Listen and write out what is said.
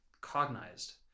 cognized